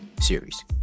series